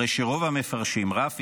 הרי שרוב המפרשים, שטיינזלץ,